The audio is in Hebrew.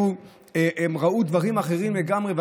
הם ראו דברים אחרים לגמרי,